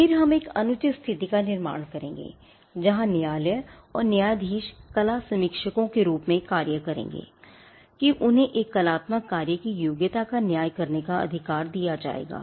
फिर हम एक अनुचित स्थिति का निर्माण करेंगे जहां न्यायालय और न्यायाधीश कला समीक्षकों के रूप में कार्य करेंगे कि उन्हें एक कलात्मक कार्य की योग्यता का न्याय करने का अधिकार दिया जाएगा